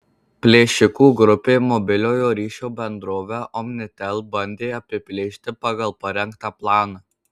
plėšikų grupė mobiliojo ryšio bendrovę omnitel bandė apiplėšti pagal parengtą planą